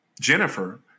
Jennifer